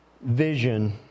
vision